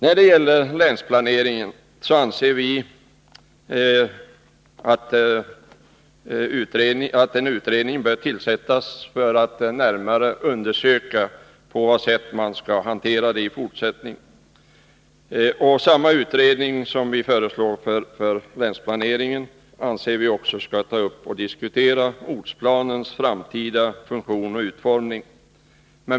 När det gäller länsplaneringen anser vi att en utredning bör tillsättas för att närmare undersöka hur denna skall handläggas i fortsättningen. Vi anser att samma utredning också bör få i uppdrag att överse ortsplanens framtida funktion och utformning.